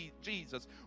Jesus